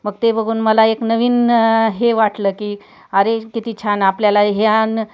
मग ते बघून मला एक नवीन हे वाटलं की अरे किती छान आपल्याला ह्या न